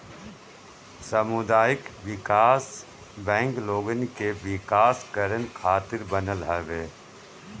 सामुदायिक विकास बैंक लोगन के विकास करे खातिर बनल हवे